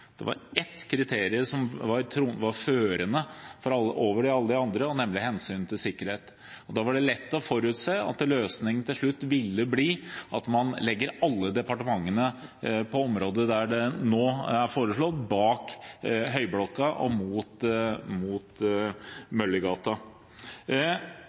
kriterium som var førende – over alle de andre – nemlig hensynet til sikkerhet, og da var det lett å forutse at løsningen til slutt ville bli at man legger alle departementene på området der det nå er foreslått, bak Høyblokka og mot